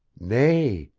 nay,